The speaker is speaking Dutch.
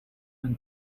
een